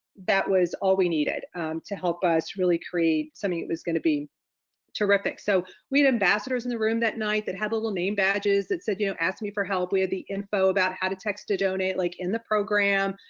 that was all we needed to help us really create something that was gonna be terrific. so we had ambassadors in the room that night that had a little name badges that said, you know ask me for help. we had the info about how to text to donate, like in the program.